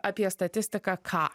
apie statistiką ką